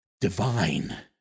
divine